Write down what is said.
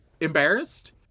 embarrassed